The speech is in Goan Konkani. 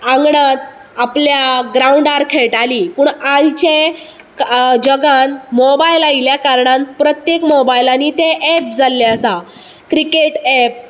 आंगणात आपल्या ग्रांवडार खेळटाली पूण आयचे जगान मोबायल आयिल्या कारणान प्रत्येक मोबायलांनी तें ऍप जाल्लें आसा क्रिकेट ऍप